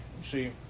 See